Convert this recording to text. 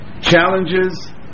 Challenges